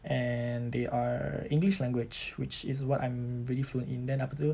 and they are english language which is what I'm really fluent in then apa itu